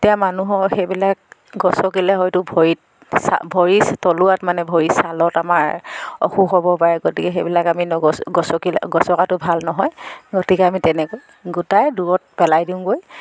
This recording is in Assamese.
তেতিয়া মানুহৰ সেইবিলাক গচকিলে হয়তো ভৰিত ভৰিৰ তলুৱাত মানে ভৰিৰ ছালত আমাৰ অসুখ হ'ব পাৰে গতিকে সেইবিলাক আমি নগচিলে গচকিলে নগচকাতো ভাল হয় গতিকে আমি তেনেকৈ গোটাই দূৰত পেলাই দিয়োগৈ